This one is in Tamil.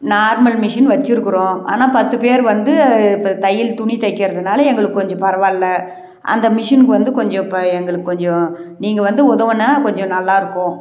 நார்மல் மிஷின் வெச்சிருக்கிறோம் ஆனால் பத்து பேர் வந்து இப்போ தையல் துணி தைக்கிறதுனால எங்களுக்கு கொஞ்சம் பரவாயில்ல அந்த மிஷினுக்கு வந்து கொஞ்சம் இப்போ எங்களுக்கு கொஞ்சம் நீங்கள் வந்து உதவினா கொஞ்சம் நல்லாயிருக்கும்